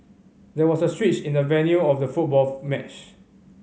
there was a switch in the venue of the football match